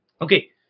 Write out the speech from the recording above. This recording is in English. Okay